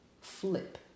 flip